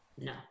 No